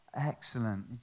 Excellent